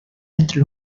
entre